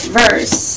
verse